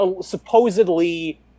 supposedly